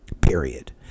period